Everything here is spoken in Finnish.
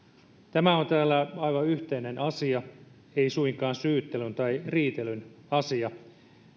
tämä on täällä aivan yhteinen asia ei suinkaan syyttelyn tai riitelyn asia